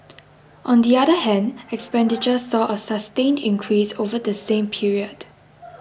on the other hand expenditure saw a sustained increase over the same period